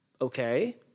Okay